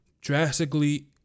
drastically